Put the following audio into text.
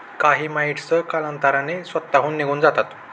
काही माइटस कालांतराने स्वतःहून निघून जातात